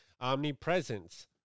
omnipresence